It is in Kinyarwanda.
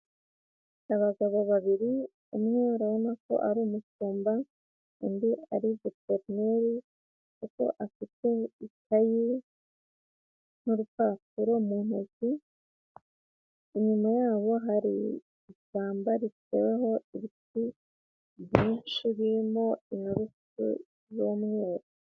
Abagabo babiri umwe barabona ko ari umushumba, undi ari veterineri kuko afite ikayi n'urupapuro mu ntoki, inyuma yabo hari ishyamba riteweho ibiti byinshi birimo inturusu z'umweru.